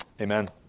Amen